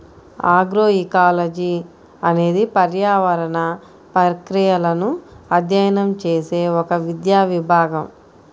agroecology అనేది పర్యావరణ ప్రక్రియలను అధ్యయనం చేసే ఒక విద్యా విభాగం